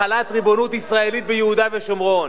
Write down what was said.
החלת ריבונות ישראלית ביהודה ושומרון.